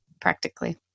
practically